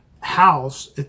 house